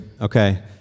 Okay